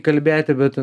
kalbėti bet